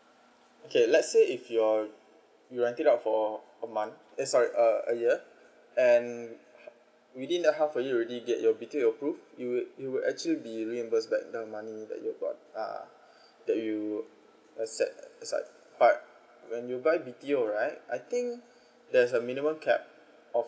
okay let's say if you're you're renting out for a month eh sorry a year and within the half a year you already have your B_T_O approve you you actually reimburse the the money that you a set a set aside part but when you buy B_T_O right I think there's a minimum cap